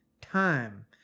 time